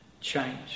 change